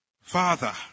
Father